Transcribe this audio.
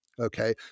Okay